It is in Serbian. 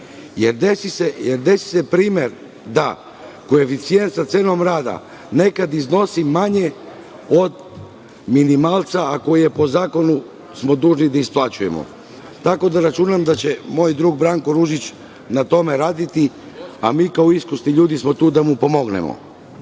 Desi se primer da koeficijent cenom rada nekada iznosi manje od minimalca, a koji smo po zakonu dužni da isplaćujemo. Računam da će, moj drug Branko Ružić, na tome raditi, a mi kao iskusni ljudi smo tu da mu pomognemo. Dobro